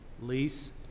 lease